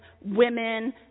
women